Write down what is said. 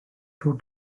two